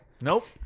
Nope